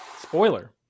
Spoiler